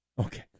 okay